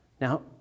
Now